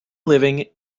living